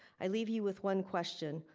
i leave you with one question.